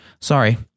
Sorry